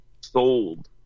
sold